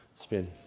spin